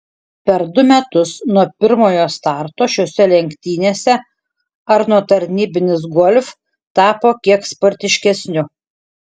per du metus nuo pirmojo starto šiose lenktynėse arno tarnybinis golf tapo kiek sportiškesniu